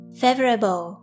favorable